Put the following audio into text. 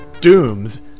Dooms